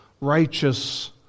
righteous